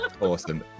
Awesome